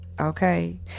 Okay